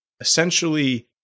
essentially